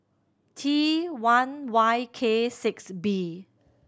T one Y K six B